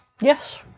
Yes